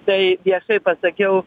tai viešai pasakiau